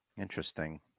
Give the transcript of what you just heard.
interesting